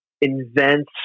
invents